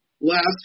Last